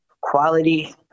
Quality